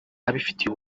abifitiye